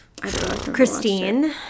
Christine